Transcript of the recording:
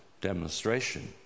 demonstration